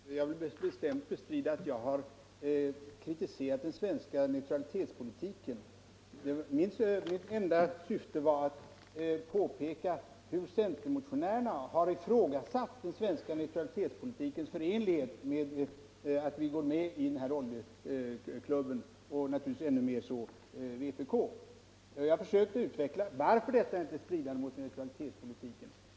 Herr talman! Jag vill bestämt bestrida att jag har kritiserat den svenska neutralitetspolitiken. Mitt enda syfte var att påpeka att centermotionärerna, och naturligtvis ännu mer vpk, har ifrågasatt den svenska neutralitetspolitikens förenlighet med vårt inträde i oljeklubben. Jag har försökt utveckla varför detta inträde inte strider mot vår neutralitetspolitik.